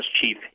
chief